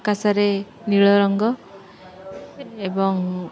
ଆକାଶରେ ନୀଳ ରଙ୍ଗ ଏବଂ